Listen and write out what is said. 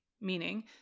Meaning